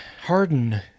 Harden